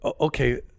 Okay